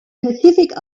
pacific